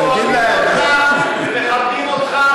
מפני שאנחנו אוהבים אותך ומכבדים אותך,